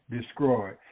destroyed